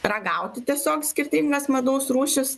ragauti tiesiog skirtingas medaus rūšis